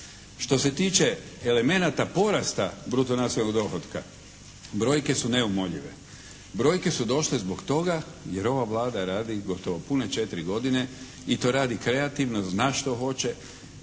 Što se tiče elemenata porasta bruto nacionalnog dohotka brojke su neumoljive. Brojke su došle zbog toga jer ova Vlada radi gotovo pune četiri godine i to radi kreativno jer zna šta hoće,